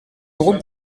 groupe